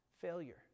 failure